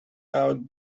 out